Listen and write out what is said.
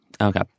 okay